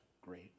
great